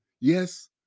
Yes